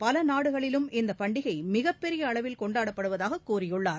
பல நாடுகளிலும் இப்பண்டிகை மிகப்பெரிய அளவில் கொண்டாடப்படுவதாக கூறியுள்ளார்